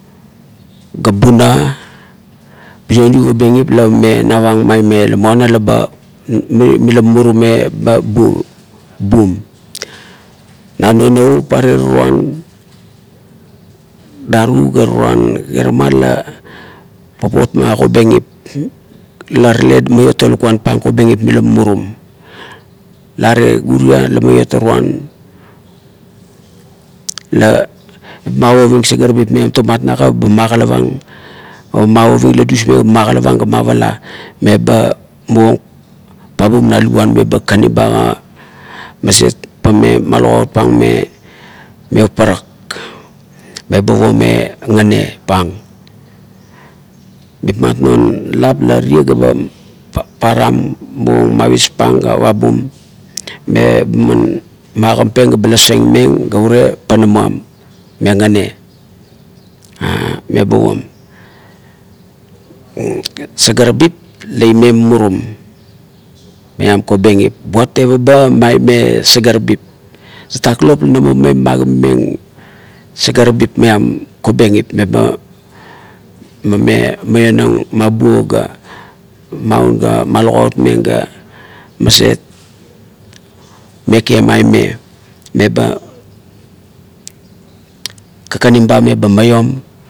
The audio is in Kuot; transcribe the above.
Ga buna mirio mi kobengip la mame navang maime, la muana la ba, mila mumurum me ba bu-bum. Na non navup are toroan daru ga toroan kerema la paot ma kobengip la tale maiot to lakuan pang, kobengip mila mumurum la are guria la iot toroan la magoieng sagarabip tomat nakap, ba magalavang ba mavoving la dusmeng ba magalavang ga mavala meba muvang pabum na luguan meba kakanim ba maset meba malugaut pang me parak, meba puoieng me ngane pang. Mitmat non lap la tu ga ba param muvang mavispang ga pabung me man magamteng ga ba laseng meng ga urie panamuam me ngane "ar" sagarabip lo ime murum, maiam kobengip, buat tevaba maime sagarabip. Tatak lop la namo maime magimameng sagarabip maiam kobengip meba mame maionang mabuo ga maun ga malugautmeng ga maut meke maime kabanim ba meba maiom